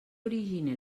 origine